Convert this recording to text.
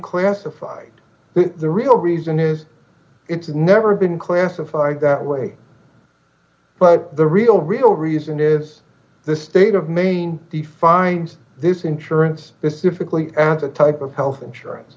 classified the real reason is it's never been classified that way but the real real reason is the state of maine he finds this insurance is difficult and the type of health insurance